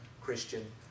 Christian